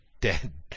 dead